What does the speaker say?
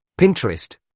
Pinterest